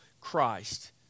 Christ